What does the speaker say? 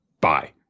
Bye